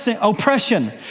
oppression